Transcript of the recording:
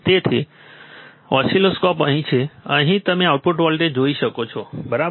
તેથી ઓસિલોસ્કોપ અહીં છે અને અહીં તમે આઉટપુટ વોલ્ટેજ જોઈ શકો છો બરાબર